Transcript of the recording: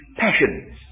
passions